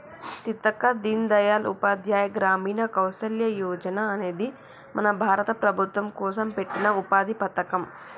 సీతక్క దీన్ దయాల్ ఉపాధ్యాయ గ్రామీణ కౌసల్య యోజన అనేది మన భారత ప్రభుత్వం కోసం పెట్టిన ఉపాధి పథకం